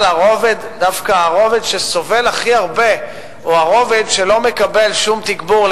אבל דווקא הרובד שהכי סובל הוא הרובד שלא מקבל שום תגבור,